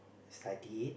study it